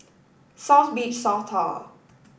South Beach South Tower